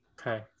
Okay